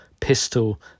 pistol